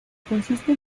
consiste